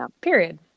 period